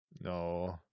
No